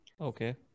Okay